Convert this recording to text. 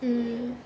mm